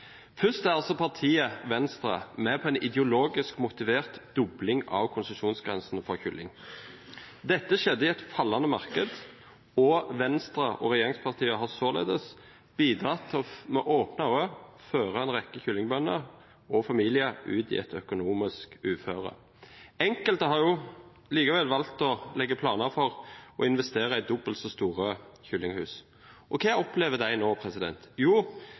Først er partiet Venstre med på en ideologisk motivert dobling av konsesjonsgrensene for kylling. Dette skjedde i et fallende marked, og Venstre og regjeringspartiene har således med åpne øyne bidratt til å føre en rekke kyllingbønder med familier ut i et økonomisk uføre. Enkelte har likevel valgt å legge planer for å investere i dobbelt så store kyllinghus. Hva opplever de nå? Jo,